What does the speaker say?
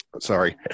sorry